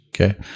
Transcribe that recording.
Okay